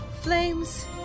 flames